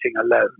alone